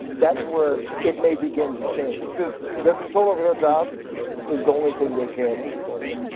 that's where it may begin to change because their control over their job is the only thing they care about anymore.